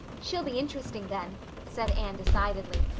she'll be interesting then, said anne decidedly.